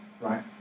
right